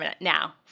now